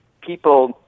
people